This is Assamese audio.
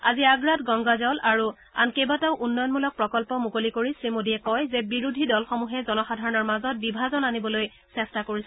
আজি আগ্ৰাত গংগা জল শীৰ্ষক এখন আঁচনি আৰু আন কেইবাটাও উন্নয়নমূলক প্ৰকন্প মুকলি কৰি শ্ৰী মোডীয়ে কয় যে বিৰোধী দলসমূহে জনসাধাৰণৰ মাজত বিভাজন আনিবলৈ চেষ্টা কৰিছে